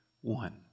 one